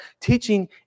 teaching